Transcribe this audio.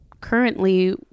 currently